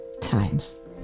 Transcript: times